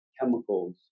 chemicals